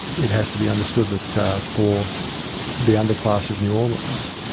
it has to be understood that for the underclass of new orleans,